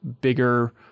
Bigger